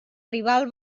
rival